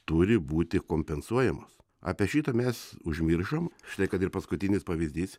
turi būti kompensuojamos apie šitą mes užmiršom štai kad ir paskutinis pavyzdys